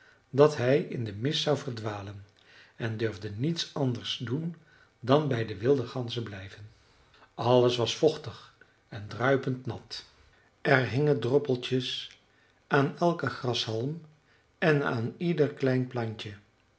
dat hij in den mist zou verdwalen en durfde niets anders doen dan bij de wilde ganzen blijven alles was vochtig en druipend nat er hingen droppeltjes aan elken grashalm en aan ieder klein plantje